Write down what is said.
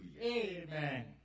Amen